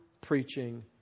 preaching